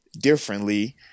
differently